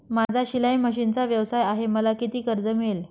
माझा शिलाई मशिनचा व्यवसाय आहे मला किती कर्ज मिळेल?